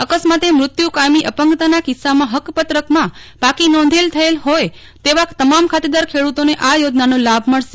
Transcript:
અકસ્માતે મૃત્યુ કાયમી અપંગતતાના કિસ્સામાં હક્ક પત્રકમાં પાકી નોંધ થયેલ હોય તેવા તમામ ખાતેદાર ખેડ્રતોને આ યોજનાનો લાભ મળશે